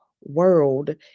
world